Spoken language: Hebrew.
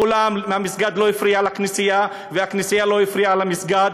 המסגד מעולם לא הפריע לכנסייה והכנסייה לא הפריעה למסגד.